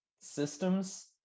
systems